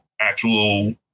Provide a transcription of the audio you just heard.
actual